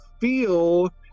feel